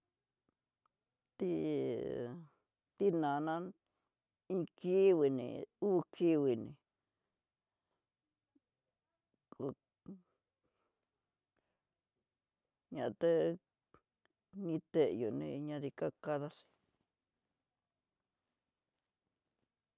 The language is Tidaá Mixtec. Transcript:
Tí tinana iin kikui ní uu kikui ní, kú un tá té ni teyó néña ni ka kadaxí.